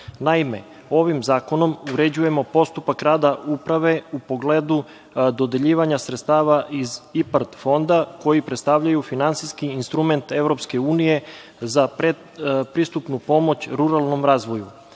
ovim zakonom uređujemo postupak rada Uprave u pogledu dodeljivanja sredstava iz IPARD fonda koji predstavljaju finansijski instrument EU za pretpristupnu pomoć ruralnom razvoju.